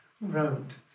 wrote